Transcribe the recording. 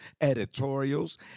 editorials